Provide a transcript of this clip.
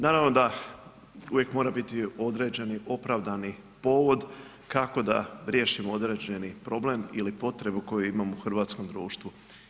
Naravno da uvijek mora biti određeni opravdani povod kako da riješimo određeni problem ili potrebu koju imamo u hrvatskom društvu.